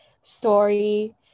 story